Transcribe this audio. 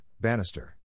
Bannister